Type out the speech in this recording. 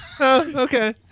Okay